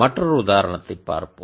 மற்றொரு உதாரணத்தைப் பார்ப்போம்